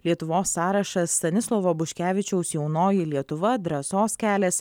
lietuvos sąrašas stanislovo buškevičiaus jaunoji lietuva drąsos kelias